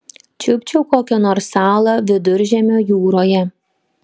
čiupčiau kokią nors salą viduržemio jūroje